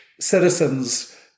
citizens